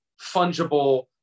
fungible